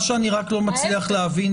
להיפך,